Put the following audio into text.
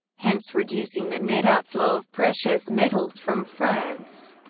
hence reducing the net outflow of precious metals from france.